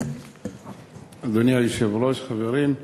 אדוני היושב-ראש, חברים,